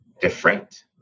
different